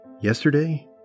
Yesterday